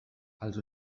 els